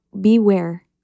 beware